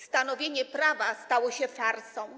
Stanowienie prawa stało się farsą.